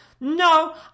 no